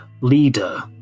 leader